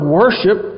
worship